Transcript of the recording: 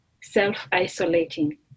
self-isolating